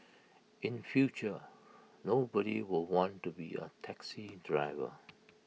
in future nobody will want to be A taxi driver